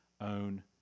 own